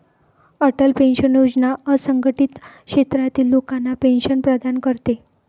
Atal pension योजना असंघटित क्षेत्रातील लोकांना पेन्शन प्रदान करते